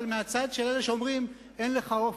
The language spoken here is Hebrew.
אבל מהצד של אלה שאומרים "אין לך אופי".